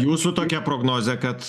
jūsų tokia prognozė kad